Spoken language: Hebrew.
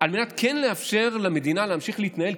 על מנת כן לאפשר למדינה להמשיך להתנהל,